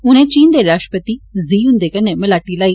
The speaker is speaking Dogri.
उनें चीन दे राष्ट्रपति जी हुन्दे कन्नै मलाटी लाई